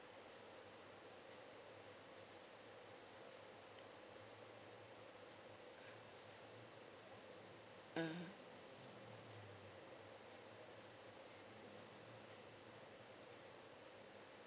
mmhmm